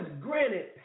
granted